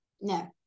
No